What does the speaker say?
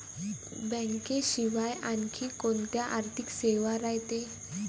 बँकेशिवाय आनखी कोंत्या आर्थिक सेवा रायते?